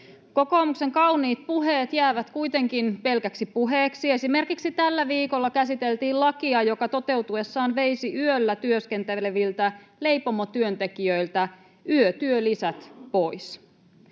Kokoomuksen kauniit puheet jäävät kuitenkin pelkäksi puheeksi. Esimerkiksi tällä viikolla käsiteltiin lakia, joka toteutuessaan veisi yöllä työskenteleviltä leipomotyöntekijöiltä yötyölisät pois.